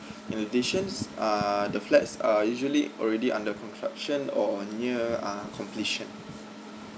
annotations uh the flats are usually already under construction or near uh completion